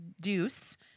deuce